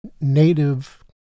native